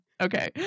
Okay